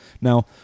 Now